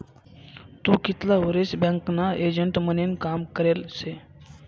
तू कितला वरीस बँकना एजंट म्हनीन काम करेल शे?